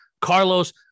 carlos